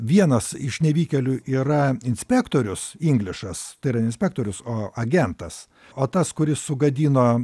vienas iš nevykėlių yra inspektorius inglišas tai yra ne inspektorius o agentas o tas kuris sugadino